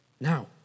Now